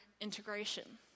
integration